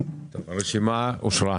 הרי זה לא תלוי בכל הרשימה האחרת.